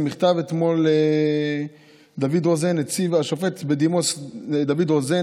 מכתב אתמול לשופט בדימוס דוד רוזן,